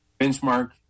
benchmark